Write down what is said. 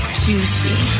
juicy